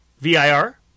VIR